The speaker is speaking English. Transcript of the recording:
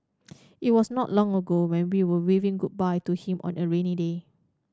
it was not long ago when we were waving goodbye to him on a rainy day